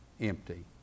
empty